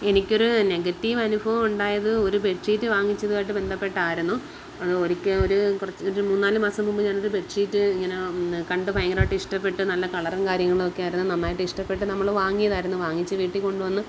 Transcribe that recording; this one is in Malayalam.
എനിക്കൊരു നെഗറ്റീവ് അനുഭവം ഉണ്ടായത് ഒരു ബെഡ്ഷീറ്റ് വാങ്ങിച്ചതും ആയിട്ട് ബന്ധപ്പെട്ടായിരുന്നു അത് ഒരിക്കൽ ഒരു കുറച്ച് ഒരു മൂന്നു നാല് മാസം മുമ്പ് ഞാനൊരു ബെഡ്ഷീറ്റ് ഇങ്ങനെ കണ്ട് ഭയങ്കരമായിട്ട് ഇഷ്ടപ്പെട്ട് നല്ല കളറും കാര്യങ്ങളൊക്കെ ആയിരുന്നു നന്നായിട്ട് ഇഷ്ടപ്പെട്ട് നമ്മൾ വാങ്ങിയതായിരുന്നു വാങ്ങിച്ച് വീട്ടിൽ കൊണ്ടുവന്ന്